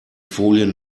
folien